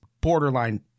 borderline